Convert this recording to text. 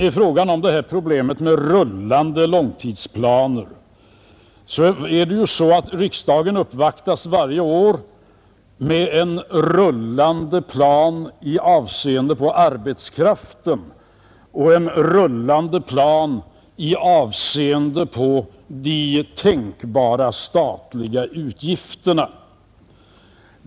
I fråga om problemet med rullande långtidsplaner är det så att riksdagen varje år uppvaktas med en rullande plan i avseende på arbetskraften och en rullande plan i avseende på de tänkbara statliga utgifterna.